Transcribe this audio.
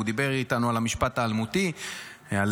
והוא דיבר איתנו על המשפט האלמותי על